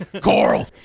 coral